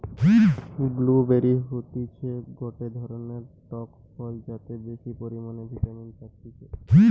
blue বেরি হতিছে গটে ধরণের টক ফল যাতে বেশি পরিমানে ভিটামিন থাকতিছে